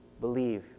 believe